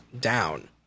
down